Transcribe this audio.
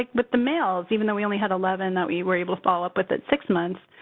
like. but the males, even though we only had eleven that we were able to follow up with at six months,